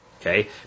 Okay